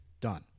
done